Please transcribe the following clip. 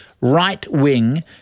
right-wing